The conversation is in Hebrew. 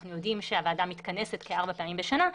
אנחנו יודעים שהוועדה מתכנסת כארבע פעמים בשנה,